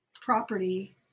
property